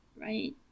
right